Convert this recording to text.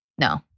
No